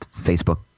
Facebook